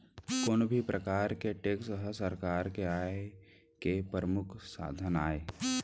कोनो भी परकार के टेक्स ह सरकार के आय के परमुख साधन आय